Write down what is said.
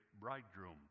bridegroom